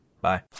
Bye